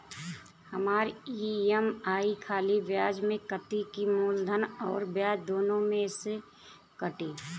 हमार ई.एम.आई खाली ब्याज में कती की मूलधन अउर ब्याज दोनों में से कटी?